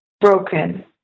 broken